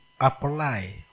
apply